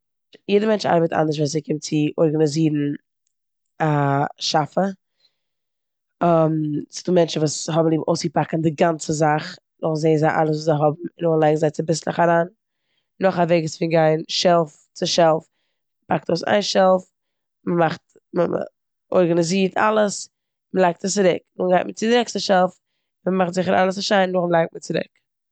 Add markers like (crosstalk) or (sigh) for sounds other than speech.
יעדע מענטש ארבעט אנדערש ווען ס'קומט צו ארגאנאזירן א שאפע. (hesitation) ס'דא מענטשן וואס האבן ליב אויסציפאקן די גאנצע זאך, נאכדעם זעען זיי אלעס וואס זיי האבן, און נאכדעם לייגן זיי צוביסלעך אריין. נאך א וועג איז פון גיין שעלף צו שעלף. מ'פאקט אויס איין שעלף, מ'מאכט- מ- מ- מ'ארגאנאזירט אלעס און מ'לייגט עס צירוק. נאכדעם גייט מען צו די נעקסטע שעלף, מ'מאכט זיכער אלעס איז שיין, נאכדעם לייגט מען אלעס צירוק.